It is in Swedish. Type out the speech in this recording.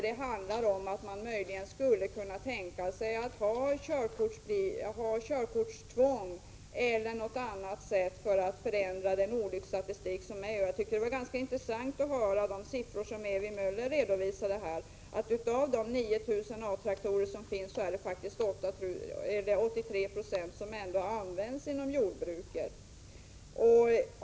Det diskuteras att möjligen införa körkortstvång eller att på något annat sätt försöka hindra trafikolyckorna. Det var ganska intressant att få del av de siffror som Ewy Möller redovisade. Av de ca 9 000 A-traktorer som finns används alltså 83 26 inom jordbruket.